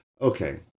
Okay